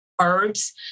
herbs